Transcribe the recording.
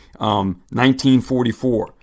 1944